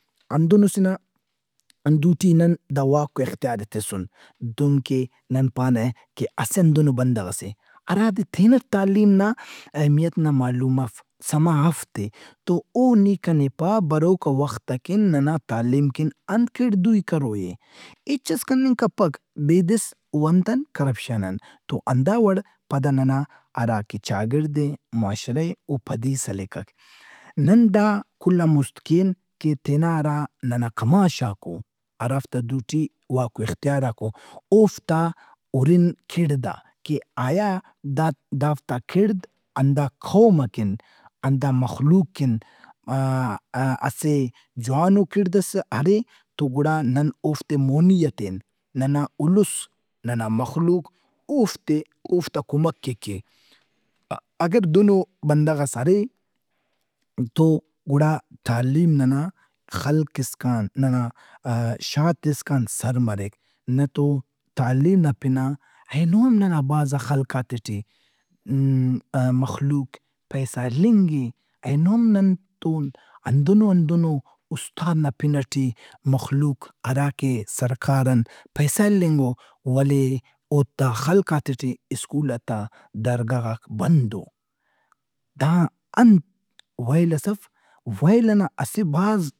ہندنو سے نا دوٹی نن دا واک واختیارے تِسُّن دہنکہ نن پانہ کہ اسہ ہندنو بندغس اے ہرادے تینٹ تعلیم ن اہمیت نا معلوم اف، سما اف تہِ۔ تواو نی کنے پا بروکا وخت ئکن ننا تعلیم کن انت کڑد دوئی کروئے۔ ہچس کننگ کپک بیدس او انت ان کرپشن ان۔ تو ہندوڑ پدا ننا ہرا کہ چاگڑد ئے، معاشرہ ئے او پدی سلکک۔ نن دا کل ان مُست کین کہ تینا ہرا ننا کماشاک او ہراتا دوٹی واک و اختیاراک او۔ اوفتا ہُرن کِڑد آ۔ کہ آیا دا دافتا کِڑد ہندا قوم ئکن، ہندا مخلوق کن آ-آ اسہ جوانو کِڑدئس ارے تو گڑا نن اوفتے مونی ہتین۔ ننا اُلُس، ننا مخلوق اوفتے- اوفتا کمک ئے کے۔ اگر دہنو بندغس ارے تو گڑا تعلیم ننا خلق اسکان، ننا شارت اسکان سر مریک نتو تعلیم نا پن آ اینو ہم ننا بھاز خلقاتے ٹی م-م- مخلوق پیسہ ہلنگ اے۔ اینو ہم نن تون ہندن ہندنو استاد نا پن ئٹے مخلوق ہرا کہ سرکار ان پیسہ ہلنگ او ولے اوتا خلقاتے ٹے سکولات ا درگہ غاک بند او۔ دا انت ویلس اف، ویل ئنا اسہ بھاز۔